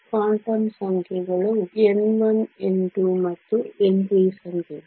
quantum ಸಂಖ್ಯೆಗಳು n1 n2 ಮತ್ತು n3 ಸಂಖ್ಯೆಗಳು